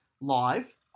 Live